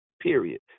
period